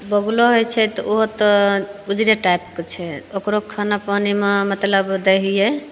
बगुलो होइत छै तऽ ओहो तऽ उजरे टाइपके छै ओकरो खाना पानिमे मतलब दै हियै